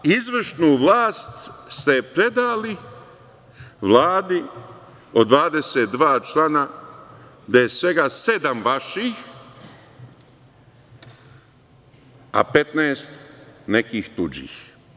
Izvršnu vlast ste predali Vladi od 22 člana, gde je svega sedam vaših, a 15 nekih tuđih.